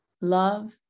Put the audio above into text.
love